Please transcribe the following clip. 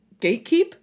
Gatekeep